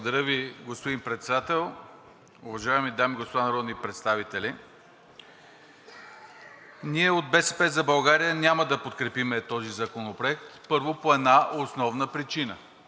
Благодаря Ви, господин Председател. Уважаеми дами и господа народни представители! Ние, от „БСП за България“, няма да подкрепим този законопроект, първо, по една основна причина.